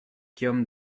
kiom